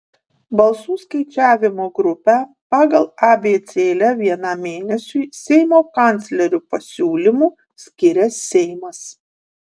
balsų skaičiavimo grupę pagal abėcėlę vienam mėnesiui seimo kanclerio pasiūlymu skiria seimas